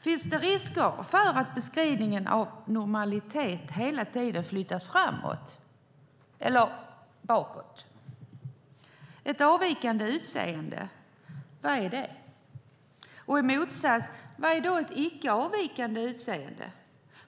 Finns det risk för att beskrivningen av normalitet hela tiden flyttas framåt, eller bakåt? Ett avvikande utseende, vad är det? Och motsatsen: Vad är ett icke avvikande utseende?